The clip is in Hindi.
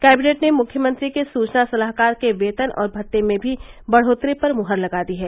कैबिनेट ने मुख्यमंत्री के सूचना सलाहकार के वेतन और भत्ते में भी बढ़ोतरी पर मुहर लगा दी है